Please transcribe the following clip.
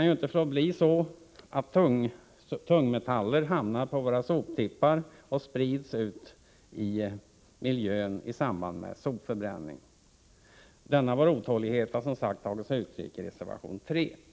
mot att tungmetaller hamnar på våra soptippar och i växande grad sprids till atmosfären via den ökade sopförbränningen. Denna vår otålighet har tagit sig uttryck i reservation nr 3 till utskottsbetänkandet.